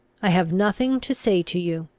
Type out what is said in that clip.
i have nothing to say to you.